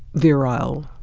virile,